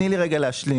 תני לי רגע להשלים,